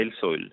soil